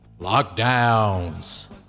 Lockdowns